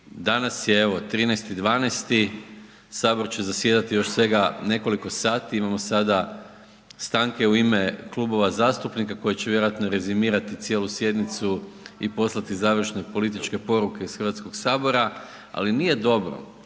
danas je evo, 13.12., Sabor će zasjedati još svega nekoliko sati, imamo sada stanke u ime klubova zastupnika koje će vjerojatno rezimirati cijelu sjednicu i poslati završne političke poruke iz HS-a, ali nije dobro